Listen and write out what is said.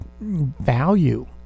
value